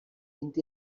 vint